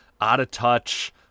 out-of-touch